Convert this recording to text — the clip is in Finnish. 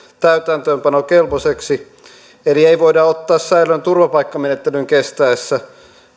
täytäntöönpanokelpoiseksi eli ei voida ottaa säilöön turvapaikkamenettelyn kestäessä